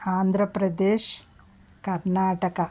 Andhra Pradesh Karnataka